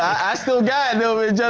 i still got